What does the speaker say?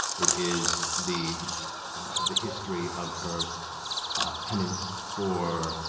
it is the the history of her penance for